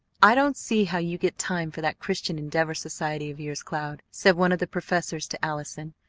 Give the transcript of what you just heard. i don't see how you get time for that christian endeavor society of yours, cloud, said one of the professors to allison.